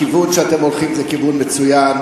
הכיוון שאתם הולכים בו זה כיוון מצוין.